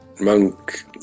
monk